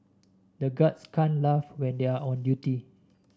the guards can't laugh when they are on duty